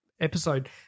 Episode